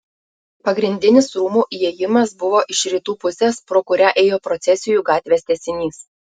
pagrindinis rūmų įėjimas buvo iš rytų pusės pro kurią ėjo procesijų gatvės tęsinys